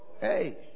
Hey